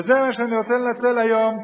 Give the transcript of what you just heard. וזה מה שאני רוצה לנצל היום.